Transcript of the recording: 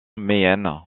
mayen